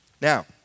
Now